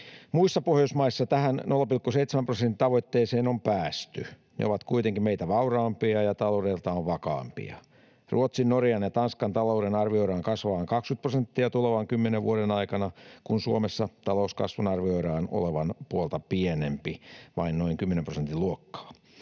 Muissa Pohjoismaissa tähän 0,7 prosentin tavoitteeseen on päästy. Ne ovat kuitenkin meitä vauraampia ja taloudeltaan vakaampia. Ruotsin, Norjan ja Tanskan talouksien arvioidaan kasvavan 20 prosenttia tulevan kymmenen vuoden aikana, kun Suomessa talouskasvun arvioidaan olevan puolta pienempi, vain noin kymmenen prosentin luokkaa.